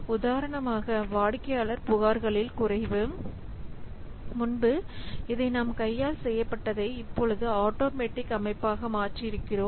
உதாரணமாக வாடிக்கையாளர் புகார்களில் குறைவு முன்பு இதை நாம் கையால் செய்யப்பட்டதை இப்பொழுது ஆட்டோமேட்டிக் அமைப்பாக மாற்றியிருக்கிறோம்